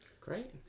Great